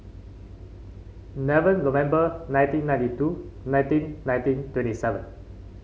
eleven November nineteen ninety two nineteen nineteen twenty seven